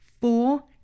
Four